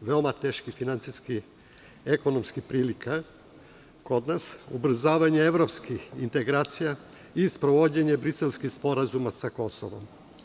veoma teških finansijskih ekonomskih prilika kod nas, ubrzavanje evropskih integracija i sprovođenje Briselskog sporazuma sa Kosovom.